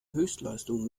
höchstleistung